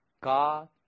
God